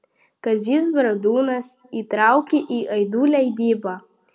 kazys bradūnas įtraukė į aidų leidybą